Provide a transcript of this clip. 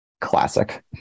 Classic